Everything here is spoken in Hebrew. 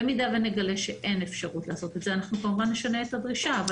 במידה ונגלה שאין אפשרות לעשות את זה אנחנו כמובן נשנה את הדרישה.